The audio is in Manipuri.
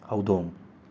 ꯍꯧꯗꯣꯡ